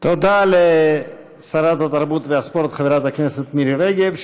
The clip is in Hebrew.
תודה לשרת התרבות והספורט חברת הכנסת מירי רגב,